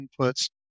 inputs